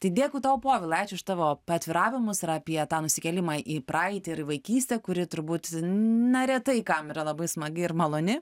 tai dėkui tau povilai ačiū už tavo paatviravimus ir apie tą nusikėlimą į praeitį vaikystę kuri turbūt na retai kam yra labai smagi ir maloni